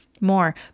more